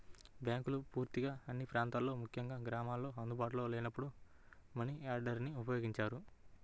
బ్యాంకులు పూర్తిగా అన్ని ప్రాంతాల్లో ముఖ్యంగా గ్రామాల్లో అందుబాటులో లేనప్పుడు మనియార్డర్ని ఉపయోగించారు